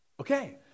Okay